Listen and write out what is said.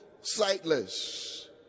sightless